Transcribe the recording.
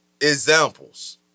examples